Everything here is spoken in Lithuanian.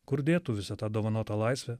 kur dėtų visą tą dovanotą laisvę